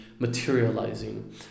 Materializing